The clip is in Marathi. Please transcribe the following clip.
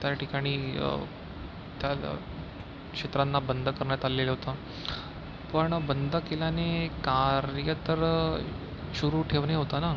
त्या ठिकाणी त्या क्षेत्रांना बंद करण्यात आलेलं होतं पण बंद केल्याने कार्य तर सुरू ठेवणे होतं ना